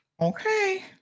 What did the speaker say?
Okay